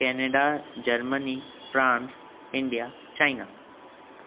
Canada Germany France India China